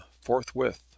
forthwith